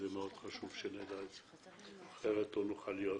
וזה מאוד חשוב שנדע את זה, אחרת לא נוכל להיות